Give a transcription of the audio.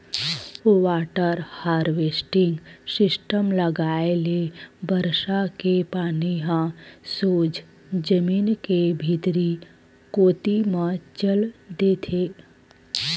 water harvesting system लगाए ले बरसा के पानी ह सोझ जमीन के भीतरी कोती म चल देथे